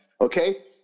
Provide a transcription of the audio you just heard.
okay